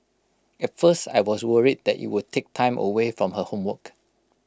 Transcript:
at first I was worried that IT would take time away from her homework